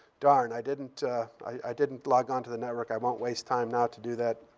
darn. i didn't i didn't log on to the network. i won't waste time now to do that.